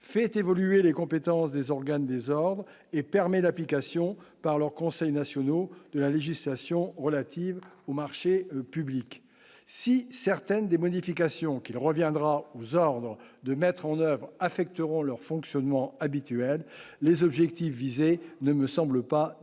fait évoluer les compétences des organes désordres et permet l'application par leurs conseils nationaux de la législation relative aux marchés publics, si certaines des modifications qu'il reviendra aux ordres de mettre en oeuvre affecteront leur fonctionnement habituel, les objectifs visés ne me semble pas